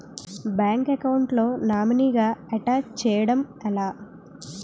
Bank account లో నామినీగా attach చేయడం ఎలా?